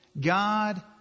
God